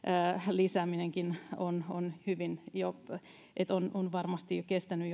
lisääminenkin on on hyvin jo on on varmasti jo kestänyt